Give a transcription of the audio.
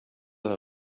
herr